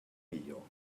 millor